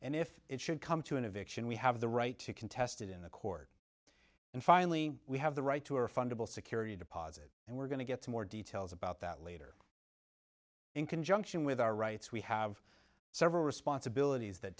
and if it should come to an eviction we have the right to contest it in the court and finally we have the right to a refundable security deposit and we're going to get some more details about that later in conjunction with our rights we have several responsibilities that